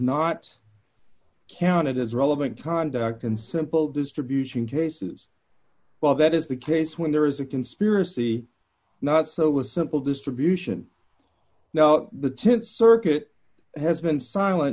not counted as relevant conduct in simple distribution cases while that is the case when there is a conspiracy not so with simple distribution now the th circuit has been silent